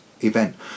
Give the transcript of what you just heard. event